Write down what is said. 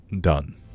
done